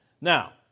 Now